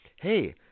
hey